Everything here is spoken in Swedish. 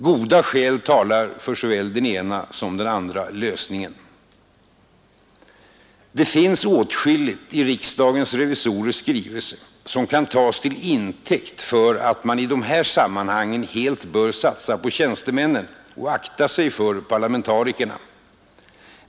Goda skäl talar för såväl den ena som den andra lösningen. Det finns åtskilligt i riksdagens revisorers skrivelse som kan tas till intäkt för att man i de här sammanhangen helt bör satsa på tjänstemännen och akta sig för parlamentarikerna.